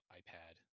iPad